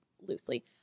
loosely